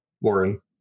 Warren